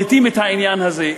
אם מבליטים את העניין הזה,